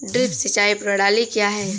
Drip सिंचाई प्रणाली क्या है?